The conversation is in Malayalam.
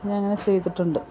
ഞാനങ്ങനെ ചെയ്തിട്ടൊണ്ട്